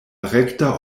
rekta